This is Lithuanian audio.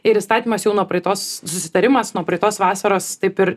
ir įstatymas jau nuo praeitos susitarimas nuo praeitos vasaros taip ir